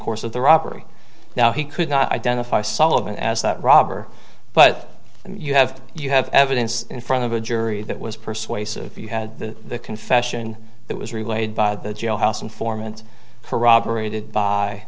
course of the robbery now he could not identify sullivan as that robber but you have you have evidence in front of a jury that was persuasive you had the confession that was relayed by the jailhouse informant corroborated by